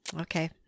Okay